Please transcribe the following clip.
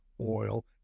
oil